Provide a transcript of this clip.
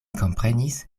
komprenis